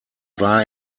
war